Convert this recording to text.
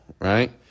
right